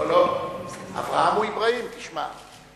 אברהם הוא אברהים, תשמע.